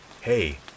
Hey